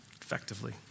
Effectively